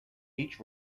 each